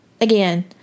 again